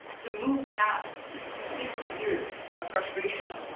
to move past sixty years of frustration,